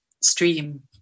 stream